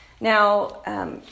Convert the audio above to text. Now